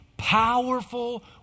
powerful